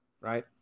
right